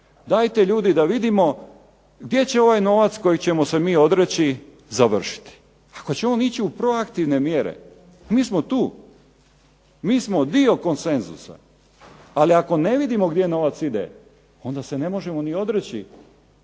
Dajte ljudi da vidimo gdje će ovaj novac kojeg ćemo se mi odreći završiti. Ako će on ići u proaktivne mjere mi smo tu, mi smo dio konsenzusa. Ali ako ne vidimo gdje novac ide onda se ne možemo ni odreći